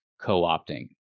co-opting